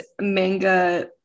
manga